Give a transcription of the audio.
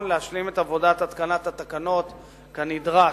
להשלים בהקדם את עבודת התקנת התקנות כנדרש.